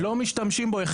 אחד,